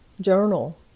Journal